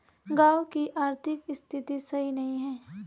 गाँव की आर्थिक स्थिति सही नहीं है?